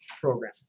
program